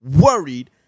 worried